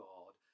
God